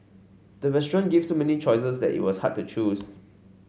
the restaurant gave so many choices that it was hard to choose